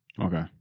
Okay